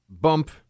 Bump